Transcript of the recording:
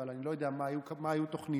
אבל אני לא יודע מה היו תוכניותיו.